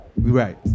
right